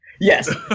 Yes